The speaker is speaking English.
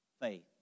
faith